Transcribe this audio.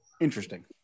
interesting